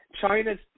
China's